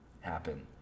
happen